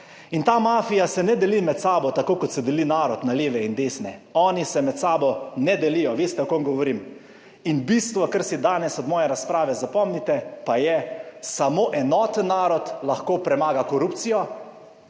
In ta mafija se ne deli med sabo tako, kot se deli narod na leve in desne, oni se med sabo ne delijo. Veste o kom govorim. In bistvo, kar si danes od moje razprave zapomnite pa je, samo enoten narod lahko premaga korupcijo,